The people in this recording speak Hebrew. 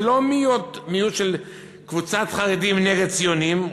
זה לא מיעוט של קבוצת חרדים נגד ציונים,